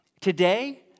Today